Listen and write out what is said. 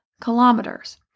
kilometers